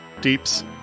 Deeps